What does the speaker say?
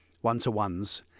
one-to-ones